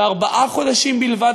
ואחרי ארבעה חודשים בלבד,